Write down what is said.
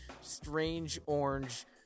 strange-orange